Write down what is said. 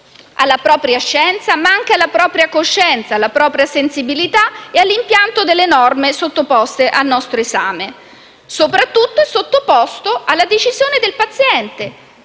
alla propria scienza, ma anche alla propria coscienza, alla propria sensibilità e all'impianto delle norme sottoposte al nostro esame. Soprattutto è sottoposto alla decisione del paziente,